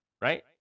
right